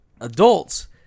adults